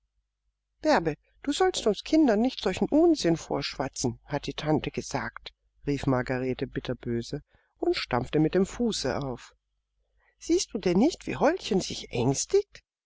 bärbe du sollst uns kindern nicht solchen unsinn vorschwatzen hat die tante gesagt rief margarete bitterböse und stampfte mit dem fuße auf siehst du denn nicht wie holdchen sich ängstigt